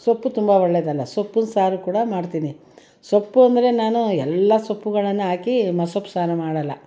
ಸೊಪ್ಪು ತುಂಬ ಒಳ್ಳೆಯದಲ್ಲ ಸೊಪ್ಪಿನ ಸಾರು ಕೂಡ ಮಾಡ್ತೀನಿ ಸೊಪ್ಪು ಅಂದರೆ ನಾನು ಎಲ್ಲ ಸೊಪ್ಪುಗಳನ್ನು ಹಾಕಿ ಮ ಸೊಪ್ಪು ಸಾರು ಮಾಡೋಲ್ಲ